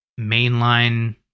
mainline